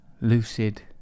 lucid